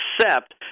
accept